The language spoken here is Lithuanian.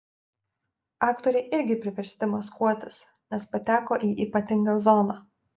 aktoriai irgi priversti maskuotis nes pateko į ypatingą zoną